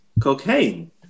Cocaine